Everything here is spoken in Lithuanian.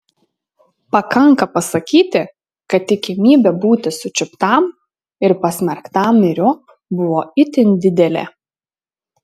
pakanka pasakyti kad tikimybė būti sučiuptam ir pasmerktam myriop buvo itin didelė